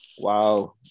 Wow